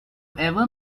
ever